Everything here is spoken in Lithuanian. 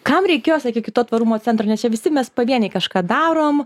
kam reikėjo sakykit to tvarumo centro nes čia visi mes pavieniai kažką darom